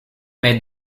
made